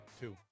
two